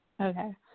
Okay